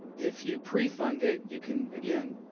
if you pre-fund it, you can, again,